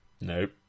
Nope